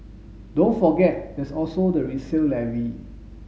don't forget there's also the resale levy